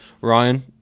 ryan